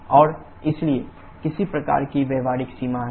और इसलिए किसी प्रकार की व्यावहारिक सीमा है